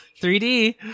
3D